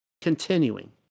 continuing